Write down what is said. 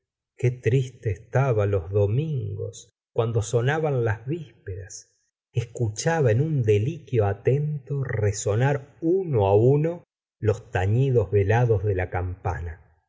qué triste estaba los domingos cuando sonaban las vísperas escuchaba en un deliquio atento resonar uno uno los tallidos velados de la campana